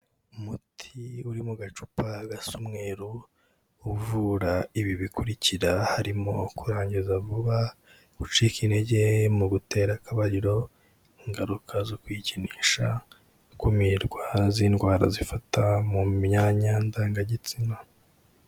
Umuti uri mu gacupa gasa umweruro uvura ibi bikurikira harimo; kurangiza vuba, gucika intege mu gutera akabariro, ingaruka zo kwikinisha, ikumirwa z'indwara zifata mu myanya ndangagitsina.